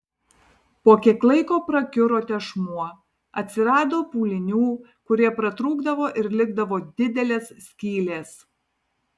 po kiek laiko prakiuro tešmuo atsirado pūlinių kurie pratrūkdavo ir likdavo didelės skylės